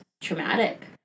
traumatic